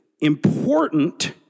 important